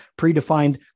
predefined